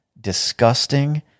disgusting